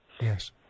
Yes